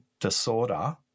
disorder